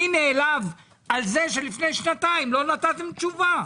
אני נעלב על זה שלפני שנתיים לא נתתם תשובה.